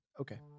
Okay